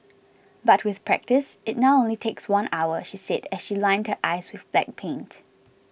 but with practice it now only takes one hour she said as she lined her eyes with black paint